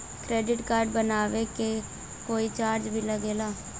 Credit card बनवावे के कोई चार्ज भी लागेला?